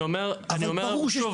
אבל ברור שיש פה צורך.